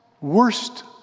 worst